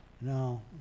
No